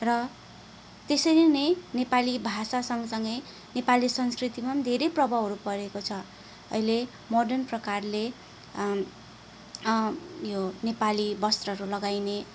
र त्यसरी नै नेपाली भाषा सँग सँगै नेपाली संस्कृतिमा धेरै प्रभावहरू परेको छ अहिले मोर्डन प्रकारले यो नेपाली बस्त्रहरू लगाइने